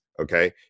okay